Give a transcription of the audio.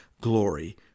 glory